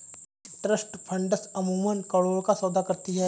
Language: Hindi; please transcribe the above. ट्रस्ट फंड्स अमूमन करोड़ों का सौदा करती हैं